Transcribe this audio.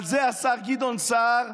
על זה השר גדעון סער,